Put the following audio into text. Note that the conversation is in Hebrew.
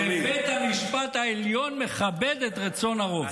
ובית המשפט העליון מכבד את רצון הרוב.